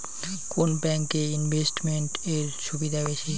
কোন ব্যাংক এ ইনভেস্টমেন্ট এর সুবিধা বেশি?